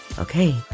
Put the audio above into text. Okay